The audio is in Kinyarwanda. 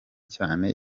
cyane